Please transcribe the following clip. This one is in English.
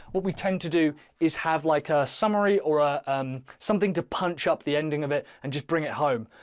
what we tend to do is have like a summary or ah um something to punch up the ending of it and just bring it home.